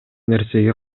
нерсеге